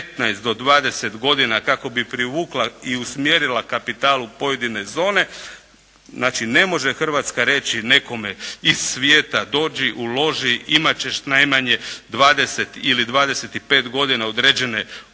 15 do 20 godina kako bi privukla i usmjerila kapital u pojedine zone. Znači, ne može Hrvatska reći nekome iz svijeta dođi, uloži, imat ćeš najmanje 20 ili 25 godina određene